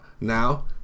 Now